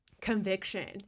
conviction